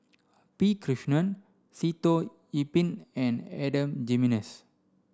P Krishnan Sitoh Yih Pin and Adan Jimenez